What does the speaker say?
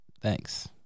thanks